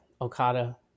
Okada